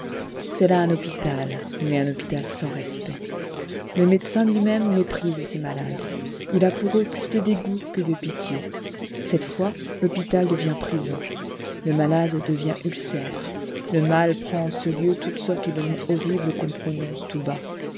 c'est là un hôpital mais un hôpital sans respect le médecin lui-même méprise ses malades il a pour eux plus de dégoût que de pitié cette fois l'hôpital devient prison le malade devient ulcère le mal prend en ce lieu toutes sortes de noms horribles qu'on prononce tout bas